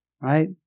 right